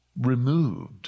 removed